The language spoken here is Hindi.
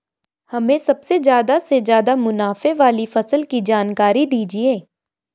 हमें सबसे ज़्यादा से ज़्यादा मुनाफे वाली फसल की जानकारी दीजिए